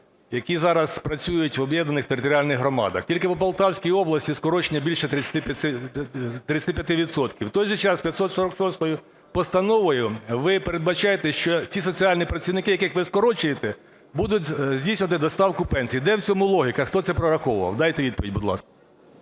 які зараз працюють в об'єднаних територіальних громадах. Тільки по Полтавській області скорочення більше 35 відсотків. В той же час, 546 Постановою ви передбачаєте, що ці соціальні працівники, яких ви скорочуєте, будуть здійснювати доставку пенсій. Де в цьому логіка? Хто це прораховував? Дайте відповідь, будь ласка.